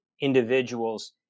individuals